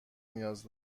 نیاز